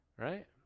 Right